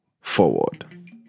forward